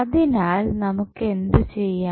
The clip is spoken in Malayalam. അതിനാൽ നമുക്ക് എന്തു ചെയ്യാം